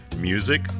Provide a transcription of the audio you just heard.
music